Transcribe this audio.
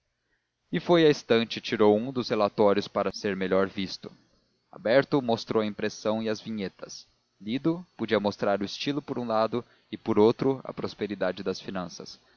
e foi à estante e tirou um dos relatórios para ser melhor visto aberto mostrou a impressão e as vinhetas lido podia mostrar o estilo por um lado e por outro a prosperidade das finanças